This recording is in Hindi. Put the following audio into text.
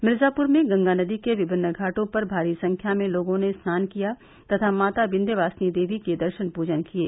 मिर्जापुर में गंगा नदी के विभिन्न घाटों पर भारी संख्या में लोगों ने स्नान किया तथा माता विन्ध्यवासिनी देवी के दर्शन पूजन किये